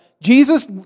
Jesus